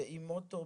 עם אוטו